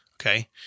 okay